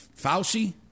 Fauci